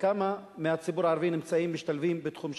וכמה מהציבור הערבי נמצאים-משתלבים בתחום ההיי-טק?